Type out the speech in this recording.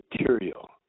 material